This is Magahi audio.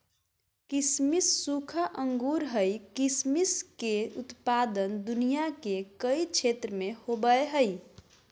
किसमिस सूखा अंगूर हइ किसमिस के उत्पादन दुनिया के कई क्षेत्र में होबैय हइ